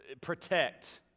protect